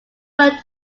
word